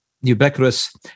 ubiquitous